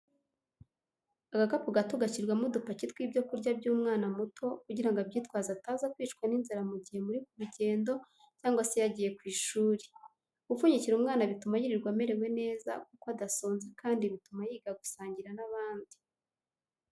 Agakapu gato gashyirwa udupaki tw'ibyo kurya by'umwana muto kugirango abyitwaze ataza kwicwa n'inzara mu gihe muri ku rugendo cyangwa se yagiye ku ishuri, gupfunyikira umwana bituma yirirwa amerewe neza kuko adasonza kandi bituma yiga gusangira n'abandi.